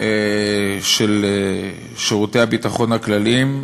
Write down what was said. של שירותי הביטחון הכלליים,